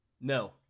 No